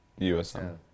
USM